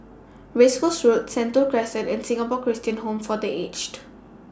Race Course Road Sentul Crescent and Singapore Christian Home For The Aged